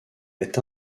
est